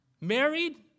married